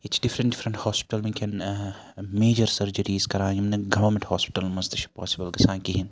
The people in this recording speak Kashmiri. ییٚتہِ چھِ ڈِفرَنٛٹ ڈِفرَنٛٹ ہوسپَٹَل وٕنکٮ۪ن میجَر سرجریٖز کَران یِم نہٕ گَوَمیٚنٹ ہوسپَٹَلَن مَنٛز تہِ چھِ پاسبل گَژھان کِہیٖنۍ